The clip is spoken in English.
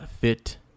fit